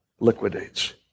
liquidates